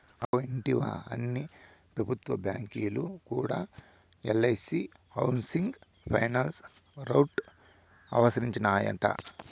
అక్కో ఇంటివా, అన్ని పెబుత్వ బాంకీలు కూడా ఎల్ఐసీ హౌసింగ్ ఫైనాన్స్ రౌట్ సవరించినాయట